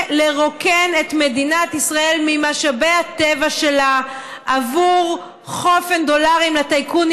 זה לרוקן את מדינת ישראל ממשאבי הטבע שלה עבור חופן דולרים לטייקונים.